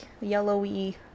yellowy